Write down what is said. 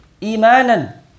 Imanan